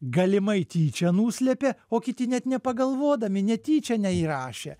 galimai tyčia nuslėpė o kiti net nepagalvodami netyčia neįrašė